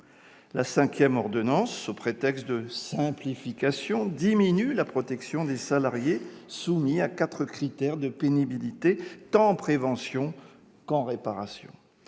La cinquième ordonnance, sous prétexte de simplification, diminue la protection des salariés soumis à quatre critères de pénibilité, en matière tant de prévention que de réparation.